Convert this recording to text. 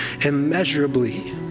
immeasurably